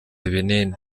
ibinini